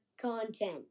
content